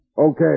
Okay